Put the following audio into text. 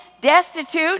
destitute